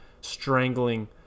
strangling